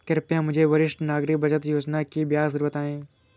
कृपया मुझे वरिष्ठ नागरिक बचत योजना की ब्याज दर बताएं